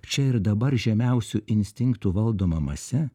čia ir dabar žemiausių instinktų valdoma mase